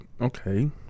Okay